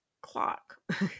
clock